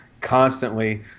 constantly